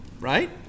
Right